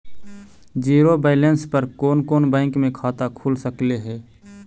Zero balance पर कोन कोन बैंक में खाता खुल सकले हे?